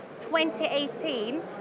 2018